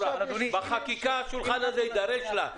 בחקיקה השולחן הזה יידרש לה.